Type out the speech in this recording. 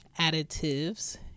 additives